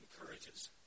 encourages